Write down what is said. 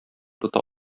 тота